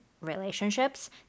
relationships